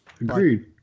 Agreed